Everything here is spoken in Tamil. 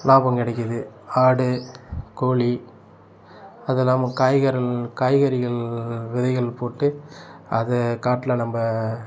லாபம் கிடைக்கிது ஆடு கோழி அது இல்லாமல் காய்கறி காய்கறிகள் விதைகள் போட்டு அதை காட்டில் நம்ம